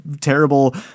terrible